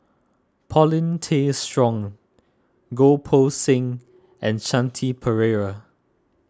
Paulin Tay Strong Goh Poh Seng and Shanti Pereira